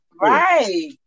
Right